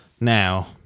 Now